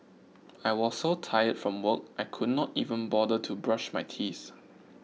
I was so tired from work I could not even bother to brush my teeth